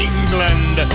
England